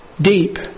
deep